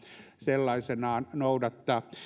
sellaisenaan noudattaa